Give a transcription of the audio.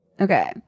okay